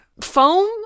foam